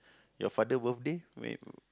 your father will pay